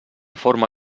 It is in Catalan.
forma